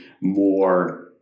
more